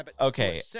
Okay